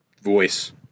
voice